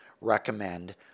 recommend